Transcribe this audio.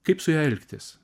kaip su ja elgtis